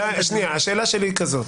השאלה שלי היא כזאת: